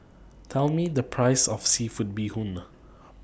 Tell Me The Price of Seafood Bee Hoon